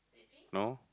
no